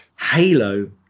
halo